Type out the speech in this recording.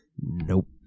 nope